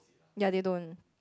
ya they don't